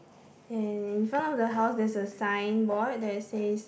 and in front of the house there is a signboard that says